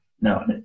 No